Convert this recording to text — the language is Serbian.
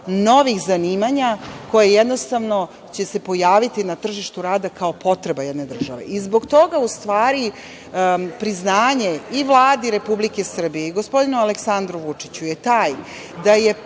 novih zanimanja koje će se pojaviti na tržištu rada kao potreba jedne države. Zbog toga, u stvari, priznanje i Vladi Republike Srbije i gospodinu Aleksandru Vučiću je to da je